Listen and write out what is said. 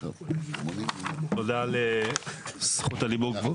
תודה על זכות הדיבור.